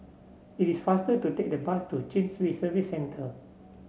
it is faster to take the bus to Chin Swee Service Centre